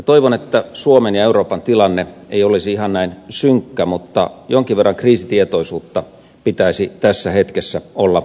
toivon että suomen ja euroopan tilanne ei olisi ihan näin synkkä mutta kriisitietoisuutta pitäisi tässä hetkessä olla jonkin verran enemmän